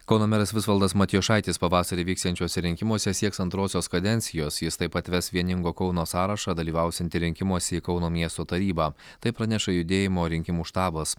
kauno meras visvaldas matijošaitis pavasarį vyksiančiuose rinkimuose sieks antrosios kadencijos jis taip pat ves vieningo kauno sąrašą dalyvausiantį rinkimuose į kauno miesto tarybą tai praneša judėjimo rinkimų štabas